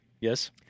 Yes